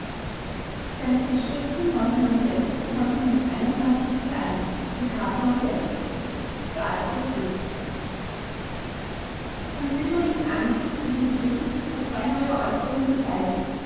für alfred fried herrn siemerings angriff gegen fried hat zwei neue äußerungen gezeitigt